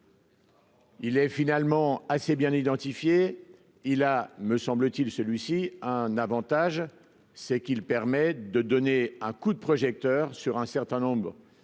Il est finalement assez bien identifiés, il a, me semble-t-il, celui-ci a un Avantage, c'est qu'il permet de donner un coup de projecteur sur un certain nombre